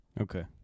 Okay